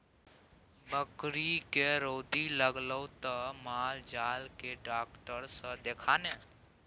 बकरीके रौदी लागलौ त माल जाल केर डाक्टर सँ देखा ने